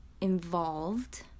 involved